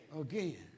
Again